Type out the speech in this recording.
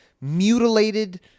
mutilated